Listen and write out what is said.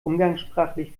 umgangssprachlich